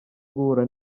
guhura